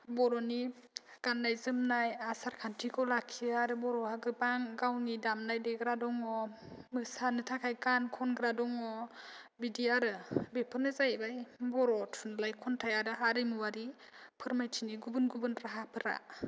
बर'नि गाननाय जोमनाय आसार खान्थिखौ लाखियो आरो बर'हा गोबां गावनि दामनाय देग्रा दङ मोसानो थाखाय गान खनग्रा दङ बिदि आरो बेफोरनो जाहैबाय बर' थुनलाइ खन्थाइ आरो हारिमुवारि फोरमायथिनि गुबुन गुबुन राहाफोरा